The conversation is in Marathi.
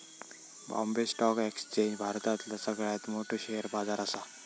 बॉम्बे स्टॉक एक्सचेंज भारतातला सगळ्यात मोठो शेअर बाजार असा